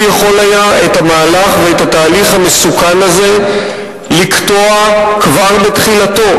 הוא יכול היה את המהלך ואת התהליך המסוכן הזה לקטוע כבר בתחילתו,